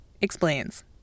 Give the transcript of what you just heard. explains